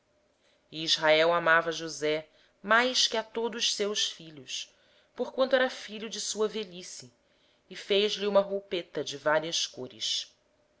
israel amava mais a josé do que a todos os seus filhos porque era filho da sua velhice e fez-lhe uma túnica de várias cores